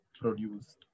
produced